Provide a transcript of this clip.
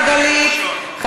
אתכם, חברים, בקצרה.